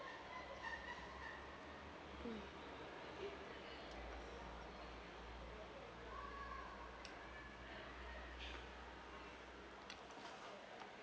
mm